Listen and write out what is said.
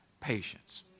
patience